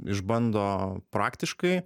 išbando praktiškai